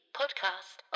podcast